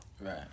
Right